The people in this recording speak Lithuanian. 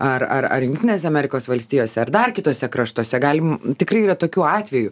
ar ar jungtinėse amerikos valstijose ar dar kituose kraštuose galim tikrai yra tokių atvejų